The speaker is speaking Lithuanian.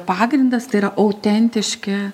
pagrindas tai yra autentiški